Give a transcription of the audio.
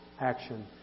action